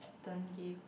don't give